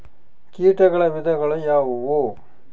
ಕೇಟಗಳ ವಿಧಗಳು ಯಾವುವು?